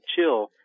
chill